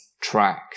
track